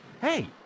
Hey